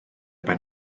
ben